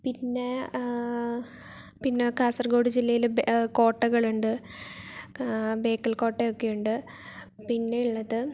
പിന്നെ പിന്നെ കാസർഗോഡ് ജില്ലയില് ബേ കോട്ടകളുണ്ട് ആ ബേക്കൽ കോട്ടയൊക്കെ ഉണ്ട് പിന്നെയുള്ളത്